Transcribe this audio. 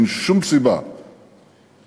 אין שום סיבה להיחפז.